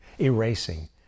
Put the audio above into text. Erasing